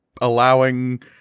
allowing